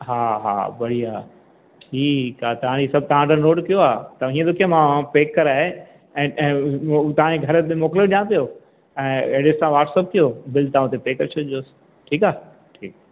हा हा बढ़िया ठीकु आहे तव्हांजी सभु तव्हां ऑडर नोट कयो आहे त हींअ थो कयां मां पेक कराए ए ऐं उहो तव्हांजे घरु मोकिले थो ॾिया पियो ऐं एड्रेस तव्हां वाट्सअप कयो बिल तव्हां हुते पे करे छॾिजोसि ठीकु आहे ठीकु